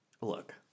look